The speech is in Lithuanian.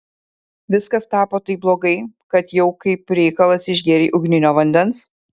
viskas tapo taip blogai kad jau kaip reikalas išgėrei ugninio vandens